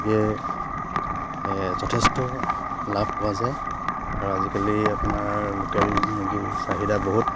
যথেষ্ট লাভ পোৱা যায় আৰু আজিকালি আপোনাৰ লোকেল মুৰ্গীৰ চাহিদা বহুত